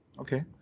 Okay